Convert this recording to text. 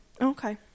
Okay